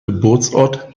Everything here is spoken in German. geburtsort